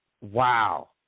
wow